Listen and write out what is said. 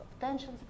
tensions